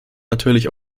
natürlich